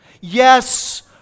Yes